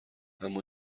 اما